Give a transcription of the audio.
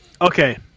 Okay